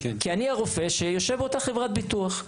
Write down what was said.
כי אני הרופא שיושב באותה חברת ביטוח.